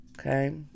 Okay